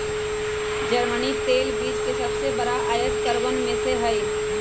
चीन जर्मनी तेल बीज के सबसे बड़ा आयतकरवन में से हई